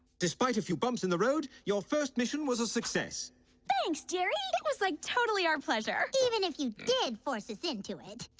despite a few bumps in the road your first mission was a success thanks, jerry. it was like totally our pleasure even if you did forces into it